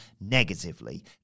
negatively